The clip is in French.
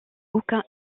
aucun